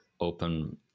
open